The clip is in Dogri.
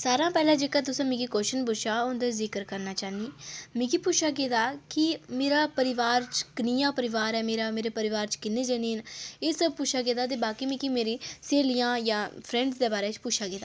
सारें शा पैह्लें जेह्का तुसें मिकी क्वश्चन पुच्छेआ ओह्दा जिक्र करना चाह्न्नी मिक्की पुच्छेआ गेदा कि मेरे परोआर च कनेहा परिवार ऐ मेरा मेरे परोआर च किन्ने जने न एह् सब पुच्छेआ गेआ ते बाकी मिकी मेरी स्हेलियां या फ्रैंडां दे बारे च पुच्छेआ गेदा